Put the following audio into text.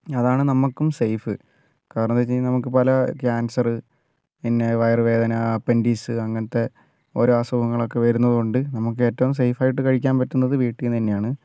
അതാണ് നമ്മൾക്കും സെയ്ഫ് കാരണം എന്നു വെച്ചു കഴിഞ്ഞാൽ നമുക്ക് പല ക്യാൻസർ പിന്നെ വയറു വേദന അപ്പന്റിസ് അങ്ങനത്തെ ഓരോ അസുഖങ്ങളൊക്കെ വരുന്നതുകൊണ്ട് നമുക്ക് ഏറ്റവും സെയ്ഫായിട്ട് കഴിക്കാൻ പറ്റുന്നത് വീട്ടിൽ നിന്നു തന്നെയാണ്